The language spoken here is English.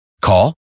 call